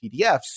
PDFs